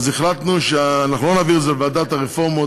החלטנו שאנחנו לא נעביר את זה לוועדת הרפורמות